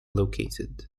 located